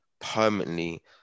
permanently